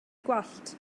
gwallt